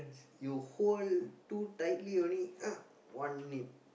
you hold too tightly only one nip